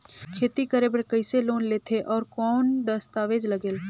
खेती करे बर कइसे लोन लेथे और कौन दस्तावेज लगेल?